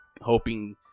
hoping